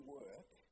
work